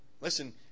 Listen